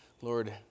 Lord